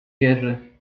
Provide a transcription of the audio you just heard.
jerzy